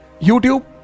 YouTube